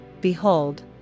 behold